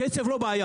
כסף לא בעיה.